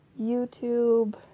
YouTube